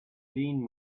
jean